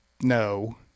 No